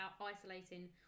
isolating